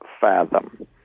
fathom